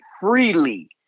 freely